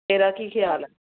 ਤੇਰਾ ਕੀ ਖਿਆਲ ਹੈ